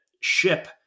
ship